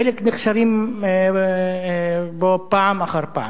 חלק נכשלים בו פעם אחר פעם.